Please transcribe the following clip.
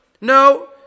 No